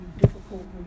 difficult